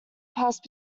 passed